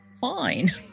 fine